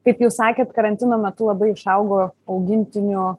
kaip jūs sakėt karantino metu labai išaugo augintinių